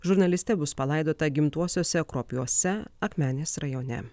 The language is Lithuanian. žurnalistė bus palaidota gimtuosiuose kruopiuose akmenės rajone